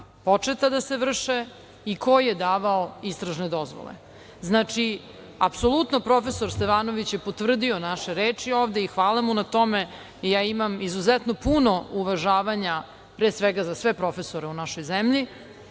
početa da se vrše i ko je davao istražne dozvole. Znači, apsolutno profesor Stevanović je potvrdio naše reči ovde i hvala mu na tome. Ja imam izuzetno puno uvažavanja pre svega za sve profesore u našoj zemlji